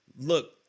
look